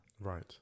right